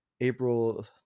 April